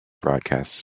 broadcasts